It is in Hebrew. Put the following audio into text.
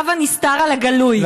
רב הנסתר על הגלוי.